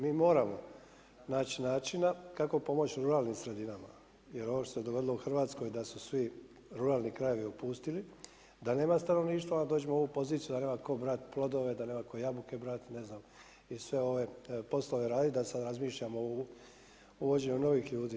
Mi moramo naći načina kako pomoći ruralnim sredinama jer ovo što se dogodilo u Hrvatskoj da su svi ruralni krajevi opustili, da nema stanovništva a dođemo u ovu poziciju, da nema tko brati plodove, da nema tko jabuke brati, ne znam, sve ove poslove raditi, da sad razmišljamo u uvođenju novih ljudi.